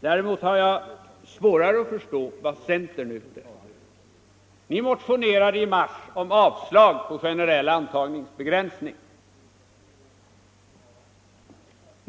Däremot har jag svårare att förstå vad centern är ute efter. Ni motionerade i mars om avslag på förslaget om generell antagningsbegränsning.